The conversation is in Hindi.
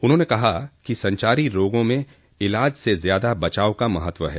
उन्होंने कहा कि संचारी रोगों में इलाज से ज्यादा बचाव का महत्व है